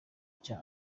cya